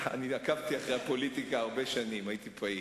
אני עקבתי אחרי הפוליטיקה הרבה שנים, הייתי פעיל.